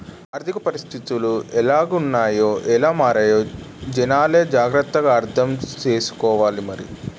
ఆర్థిక పరిస్థితులు ఎలాగున్నాయ్ ఎలా మారాలో జనాలే జాగ్రత్త గా అర్థం సేసుకోవాలి మరి